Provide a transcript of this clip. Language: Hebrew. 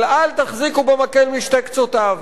אבל אל תחזיקו במקל בשני קצותיו.